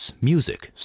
music